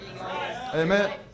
Amen